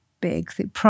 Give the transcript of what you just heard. Big